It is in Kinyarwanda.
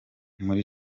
muri